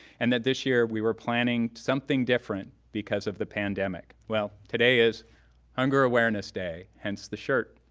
and that this year we were planning something different because of the pandemic. well, today is hunger awareness day, hence the shirt.